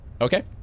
Okay